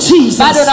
Jesus